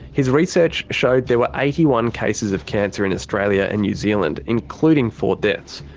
his research showed there were eighty one cases of cancer in australia and new zealand, including four deaths.